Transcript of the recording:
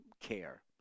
care